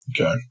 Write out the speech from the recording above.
Okay